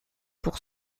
pour